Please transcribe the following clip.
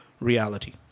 reality